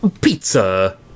Pizza